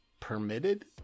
permitted